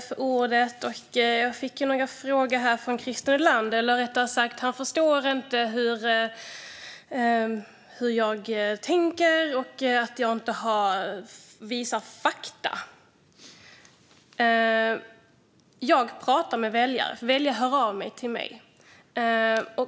Fru talman! Christer Nylander förstår inte hur jag tänker och menar att jag inte har uppvisat fakta. Jag pratar med väljare, för väljare hör av sig till mig.